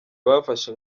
bafashe